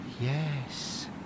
Yes